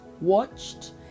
watched